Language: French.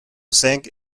cinq